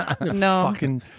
no